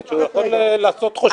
שהוא יכול לעשות חושבים ולהתחרט.